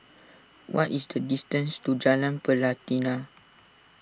what is the distance to Jalan Pelatina